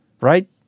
Right